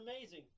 amazing